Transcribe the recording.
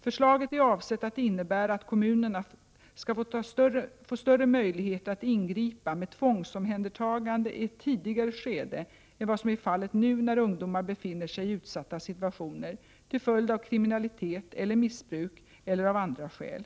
Förslaget är avsett att innebära att kommunerna skall få större möjligheter att ingripa med tvångsomhändertagande i ett tidigare skede än vad som är fallet nu när ungdomar befinner sig i utsatta situationer till följd av kriminalitet eller missbruk eller av andra skäl.